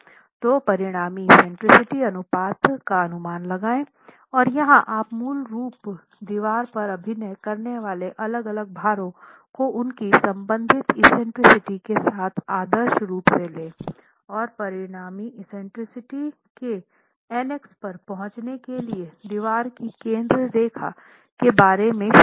तो परिणामी एक्सेंट्रिसिटी अनुपात का अनुमान लगाएँ और यहां आप मूल रूप दीवार पर अभिनय करने वाले अलग अलग भारों को उनकी संबंधित एक्सेंट्रिसिटी के साथ आदर्श रूप में लें और परिणामी एक्सेंट्रिसिटी के एनेक्स पर पहुंचने के लिए दीवार की केंद्र रेखा के बारे में क्षण लें